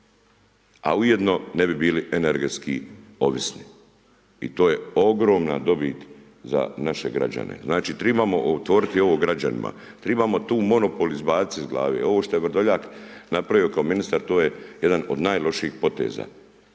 a ujedno ne bi bili energetski ovisni i to je ogromna dobit za naše građene. Znači tribamo otvorit ovo građanima, tribamo tu monopol izacit iz glave, ovo što je Vrdoljak napravi kao ministar to je jedan od najlošijih poteza.